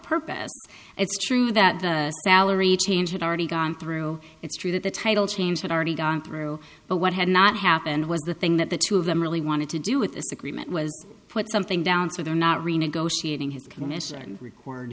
purpose it's true that valerie changed it already gone through it's true that the title change had already gone through but what had not happened was the thing that the two of them really wanted to do with this agreement was put something down so they're not renegotiating